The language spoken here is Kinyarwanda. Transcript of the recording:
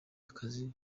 akazi